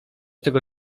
tego